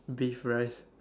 beef rice